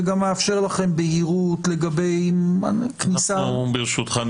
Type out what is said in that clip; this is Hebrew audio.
זה מאפשר לכם בהירות לגבי כניסה --- ברשותך,